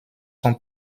son